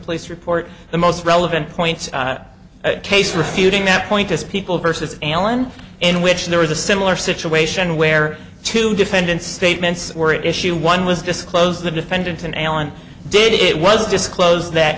police report the most relevant point case refuting that point is people versus alun in which there was a similar situation where two defendant's statements were issue one was disclosed the defendant and allen did it was disclosed that